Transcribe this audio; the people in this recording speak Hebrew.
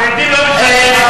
החרדים לא משלמים מסים?